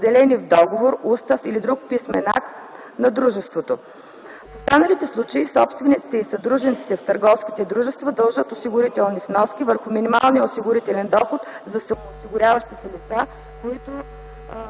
определени в договор, устав или друг писмен акт на дружеството. В останалите случаи собствениците и съдружниците в търговски дружества дължат осигурителни вноски върху минималния осигурителен доход за самоосигуряващите се лица, който